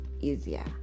easier